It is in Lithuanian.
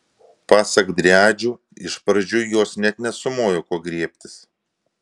pasak driadžių iš pradžių jos net nesumojo ko griebtis